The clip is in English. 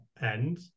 end